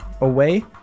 away